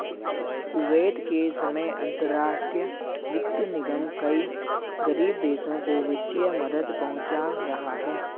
Kuwait के समय अंतरराष्ट्रीय वित्त निगम कई गरीब देशों को वित्तीय मदद पहुंचा रहा है